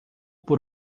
por